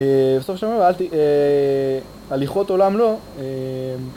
בסוף שם הבאתי, הליכות עולם לו